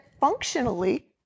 functionally